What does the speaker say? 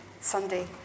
Sunday